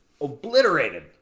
obliterated